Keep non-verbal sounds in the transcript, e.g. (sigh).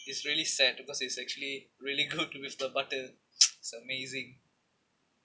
it's really sad because it's actually really good (laughs) with the butter it's amazing